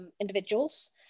individuals